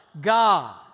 God